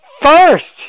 first